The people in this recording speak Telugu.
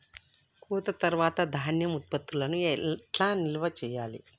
కోత తర్వాత ధాన్యం ఉత్పత్తులను ఎట్లా నిల్వ చేయాలి?